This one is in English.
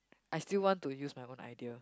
I still want to use my own idea